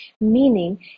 meaning